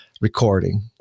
recording